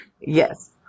yes